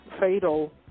fatal